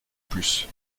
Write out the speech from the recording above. plus